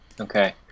Okay